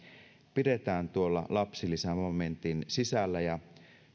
pidetään tuolla lapsilisämomentin sisällä ja